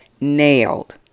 nailed